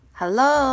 Hello